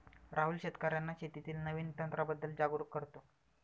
राहुल शेतकर्यांना शेतीतील नवीन तंत्रांबद्दल जागरूक करतो